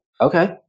okay